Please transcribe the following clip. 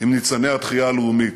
עם ניצני התחייה הלאומית?